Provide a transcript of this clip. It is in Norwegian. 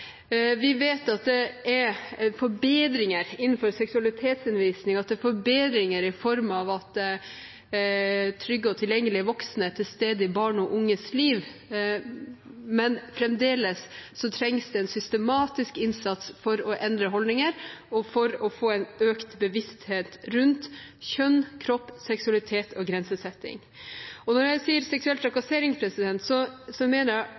Vi vet det er forbedringer innenfor seksualitetsundervisningen i form av at trygge og tilgjengelige voksne er til stede i barn og unges liv, men fremdeles trengs en systematisk innsats for å endre holdninger og for å få økt bevissthet rundt kjønn, kropp, seksualitet og grensesetting. Når jeg sier seksuell trakassering, mener jeg